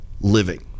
living